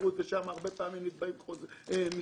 לבוררות ושם הרבה פעמים נקבעים סכומים.